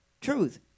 truth